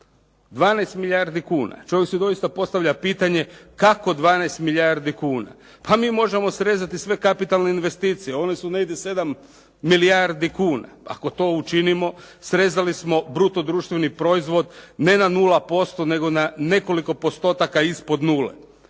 12 milijardi kuna, čovjek si doista postavlja pitanje, kako 12 milijardi kuna. pa mi možemo srezati sve kapitalne investicije, one su negdje 7 milijardi kuna, ako to učinimo srezali smo bruto društveni proizvod ne na nula posto, nego na nekoliko postotaka ispod nule.